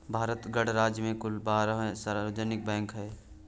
भारत गणराज्य में कुल बारह सार्वजनिक बैंक हैं